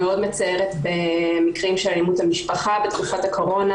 המאוד מצערת במקרים של אלימות במשפחה בתקופת הקורונה,